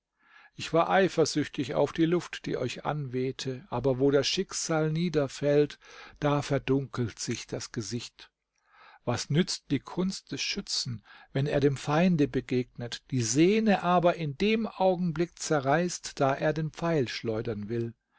ich war eifersüchtig auf die luft die euch anwehte aber wo das schicksal niederfällt da verdunkelt sich das gesicht was nützt die kunst des schützen wenn er dem feinde begegnet die sehne aber in dem augenblick zerreißt da er den pfeil schleudern will